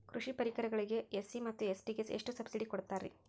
ಕೃಷಿ ಪರಿಕರಗಳಿಗೆ ಎಸ್.ಸಿ ಮತ್ತು ಎಸ್.ಟಿ ಗೆ ಎಷ್ಟು ಸಬ್ಸಿಡಿ ಕೊಡುತ್ತಾರ್ರಿ?